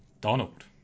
Donald